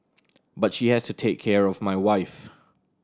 but she has to take care of my wife